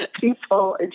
people